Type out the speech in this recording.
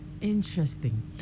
Interesting